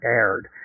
aired